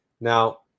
Now